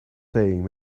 saying